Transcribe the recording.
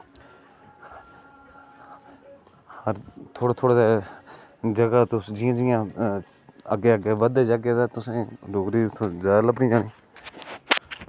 थोह्ड़ा थोह्ड़ा जगह तुस जियां जियां अग्गै अग्गै बधदे जाह्गे तां तुसें ई डोगरी जादा लब्भनी ऐ